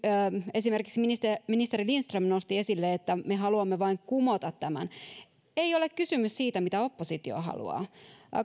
esimerkiksi ministeri lindström nosti esille että me haluamme vain kumota tämän ei ole kysymys siitä mitä oppositio haluaa